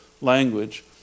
language